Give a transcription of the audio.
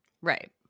Right